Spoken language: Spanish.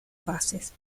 fases